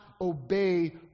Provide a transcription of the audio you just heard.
obey